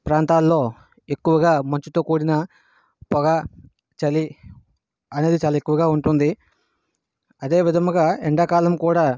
ప్రాంతాల్లో ఎక్కువగా మంచుతో కూడిన పొగ చలి అనేది చాలా ఎక్కువగా ఉంటుంది అదే విధముగా ఎండాకాలం కూడా